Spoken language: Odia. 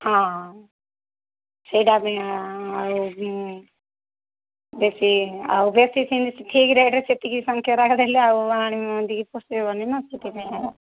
ହଁ ସେଇଟା ବି ଆଉ ବେଶୀ ଆଉ ବେଶୀ ସେମିତି ଠିକ୍ ରେଟ୍ରେ ସେତିକି ସଂଖ୍ୟାର ହେଲେ ଆଉ ଆଣୁ ପୋଷେଇବନି ନା